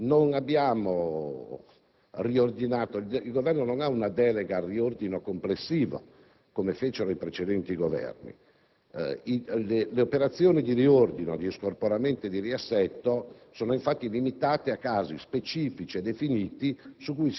Governo non ha una delega al riordino complessivo, come fecero i precedenti Governi: le operazioni di riordino, di scorporamento e di riassetto sono infatti limitate a casi specifici e definiti